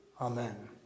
amen